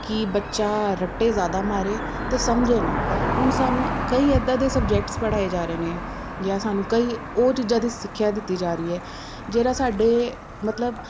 ਕਿ ਬੱਚਾ ਰੱਟੇ ਜ਼ਿਆਦਾ ਮਾਰੇ ਅਤੇ ਸਮਝੇ ਨਾ ਹੁਣ ਸਾਨੂੰ ਕਈ ਇੱਦਾਂ ਦੇ ਸਬਜੈਕਟਸ ਪੜ੍ਹਾਏ ਜਾ ਰਹੇ ਨੇ ਜਾਂ ਸਾਨੂੰ ਕਈ ਉਹ ਚੀਜ਼ਾਂ ਦੀ ਸਿੱਖਿਆ ਦਿੱਤੀ ਜਾ ਰਹੀ ਹੈ ਜਿਹੜਾ ਸਾਡੇ ਮਤਲਬ